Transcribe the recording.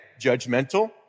judgmental